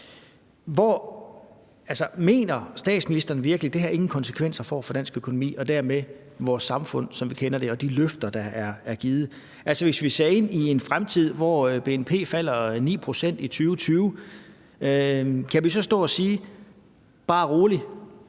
Mener statsministeren virkelig, at det her ingen konsekvenser får for dansk økonomi og dermed for vores samfund, som vi kender det, og de løfter, der er givet? Hvis vi ser ind i en fremtid, hvor bnp falder 9 pct. i 2020, kan vi så stå og sige: Bare rolig,